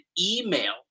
email –